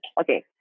Okay